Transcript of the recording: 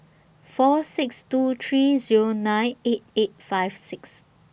four six two three Zero nine eight eight five six